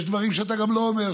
יש דברים שאתה גם לא אומר,